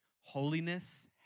Holiness